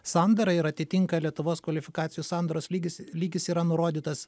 sandara ir atitinka lietuvos kvalifikacijų sandaros lygis lygis yra nurodytas